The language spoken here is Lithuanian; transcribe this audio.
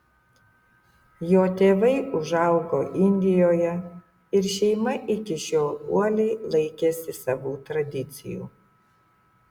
jo tėvai užaugo indijoje ir šeima iki šiol uoliai laikėsi savų tradicijų